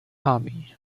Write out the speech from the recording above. army